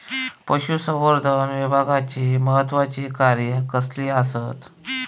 पशुसंवर्धन विभागाची महत्त्वाची कार्या कसली आसत?